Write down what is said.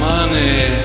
Money